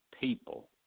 people